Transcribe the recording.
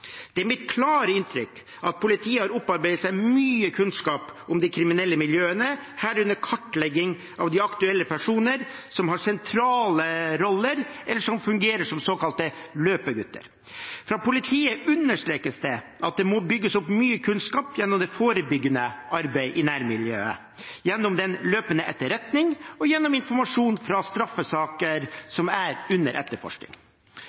Det er mitt klare inntrykk at politiet har opparbeidet seg mye kunnskap om de kriminelle miljøene, herunder kartlegging av aktuelle personer som har sentrale roller, eller som fungerer som såkalte løpegutter. Fra politiet understrekes det at det må bygges opp mye kunnskap gjennom det forebyggende arbeidet i nærmiljøet, gjennom den løpende etterretningen og gjennom informasjon fra straffesaker som er under etterforskning.